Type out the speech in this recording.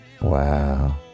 Wow